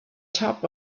top